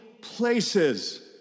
places